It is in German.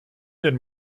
den